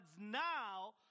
now